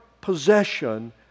possession